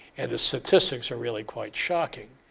and the statistics are really quite shocking.